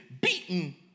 beaten